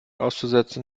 auszusetzen